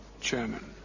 Chairman